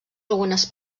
algunes